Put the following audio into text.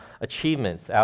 achievements